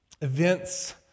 Events